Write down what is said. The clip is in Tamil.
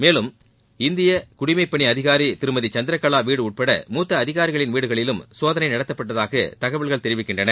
மேலும் இந்திய குடிமைப்பணி அதிகாரி திருமதி சந்திரகலா வீடு உட்பட முத்த அதிகாரிகளின் வீடுகளிலும் சோதளை நடத்தப்பட்டதாக தகவல்கள் தெரிவிக்கின்றன